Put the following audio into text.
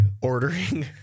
Ordering